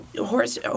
horse